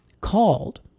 called